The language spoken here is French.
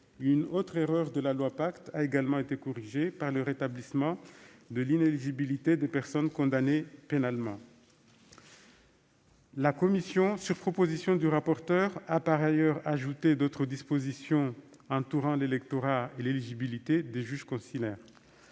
Une autre erreur de la loi Pacte a été corrigée par le rétablissement de l'inéligibilité des personnes condamnées pénalement. Par ailleurs, sur proposition du rapporteur, la commission a introduit d'autres dispositions précisant l'électorat et l'éligibilité des juges consulaires.